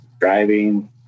driving